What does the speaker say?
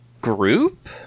group